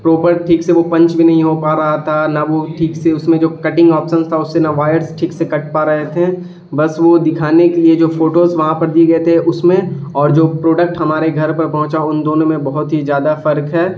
proper ٹھیک سے وہ پنچ بھی نہیں ہو پا رہا تھا نہ وہ ٹھیک سے اس میں جو کٹنگ آپشنس تھا اس سے نہ وائرس ٹھیک سے کٹ پا رہے تھے بس وہ دکھانے کے لیے جو فوٹوز وہاں پر دی گئے تھے اس میں اور جو پروڈکٹ ہمارے گھر پر پہنچا ان دونوں میں بہت ہی زیادہ فرق ہے